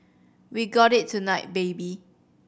we got it tonight baby